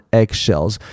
eggshells